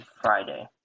Friday